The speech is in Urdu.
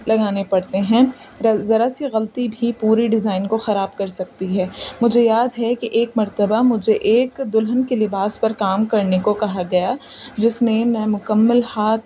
لگانے پڑتے ہیں ذرا سی غلطی بھی پوری ڈیزائن کو خراب کر سکتی ہے مجھے یاد ہے کہ ایک مرتبہ مجھے ایک دلہن کے لباس پر کام کرنے کو کہا گیا جس میں میں مکمل ہاتھ